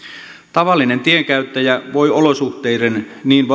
tavallinen tienkäyttäjä voi olosuhteiden niin